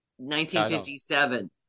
1957